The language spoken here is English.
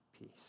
peace